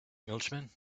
englishman